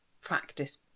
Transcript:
practice